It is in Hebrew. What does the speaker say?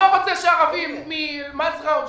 מזערה נכנס.